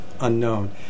unknown